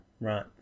Right